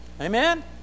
Amen